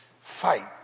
fight